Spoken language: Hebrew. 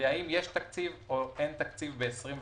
לשאלה האם יש תקציב או אין תקציב ב-2021,